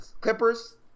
Clippers